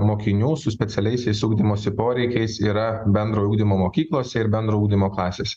mokinių su specialiaisiais ugdymosi poreikiais yra bendrojo ugdymo mokyklose ir bendro ugdymo klasėse